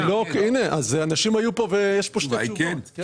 אז הנה, אנשים היו פה ויש פה שתי תשובות.